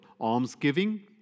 almsgiving